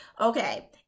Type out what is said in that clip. Okay